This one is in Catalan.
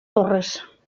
torres